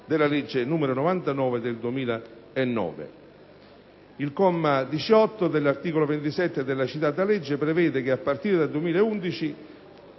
della legge n. 99 del 2009. Il comma 18 dell'articolo 27 della citata legge prevedeva che, a partire dal 2011